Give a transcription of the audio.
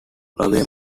away